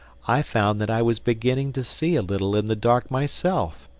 i found that i was beginning to see a little in the dark myself.